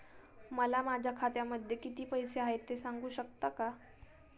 मला माझ्या खात्यामध्ये किती पैसे आहेत ते सांगू शकता का?